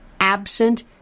absent